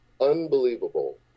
Unbelievable